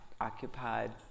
occupied